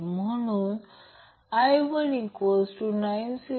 तर रेझोनन्समधे ω0 1√L C असतो हे माहित आहे